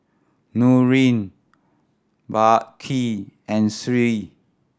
Nurin Balqis and Sri